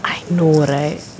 I know right